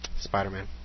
Spider-Man